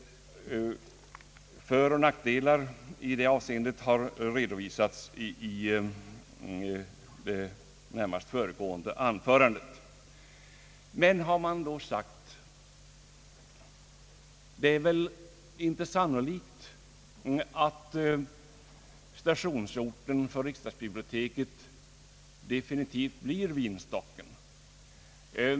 Föroch nackdelar i det avseendet har redovisats i närmast föregående anförande. Det är väl inte sannolikt, har man då sagt, att stationeringsorten för riksdagsbiblioteket definitivt blir Vinstocken.